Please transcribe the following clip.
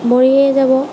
মৰিয়েই যাব